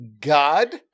god